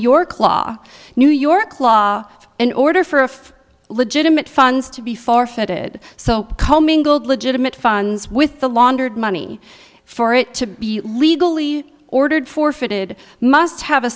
york law new york law in order for a legitimate funds to be forfeited so commingled legitimate funds with the laundered money for it to be legally ordered forfeited must have a